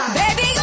baby